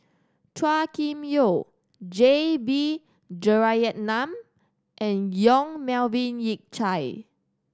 Chua Kim Yeow J B Jeyaretnam and Yong Melvin Yik Chye